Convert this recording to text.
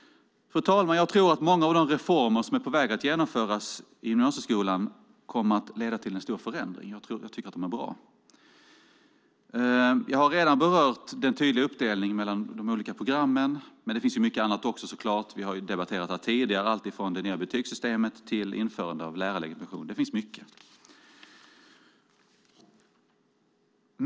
Fru talman! Jag tror att många av de reformer som är på väg att genomföras i gymnasieskolan kommer att leda till en stor förändring. Jag tycker att de är bra. Jag har redan berört den tydliga uppdelningen mellan de olika programmen, men det finns så klart också mycket annat. Vi har ju här tidigare debatterat alltifrån det nya betygssystemet till införandet av lärarlegitimation. Det finns mycket.